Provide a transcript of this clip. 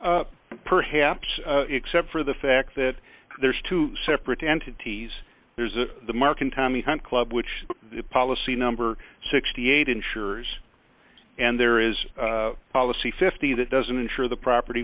to perhaps except for the fact that there's two separate entities there's a mark and tommy hunt club which policy number sixty eight insurers and there is a policy fifty that doesn't insure the property